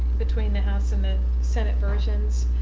between the house and the senate versions